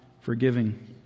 forgiving